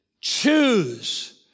choose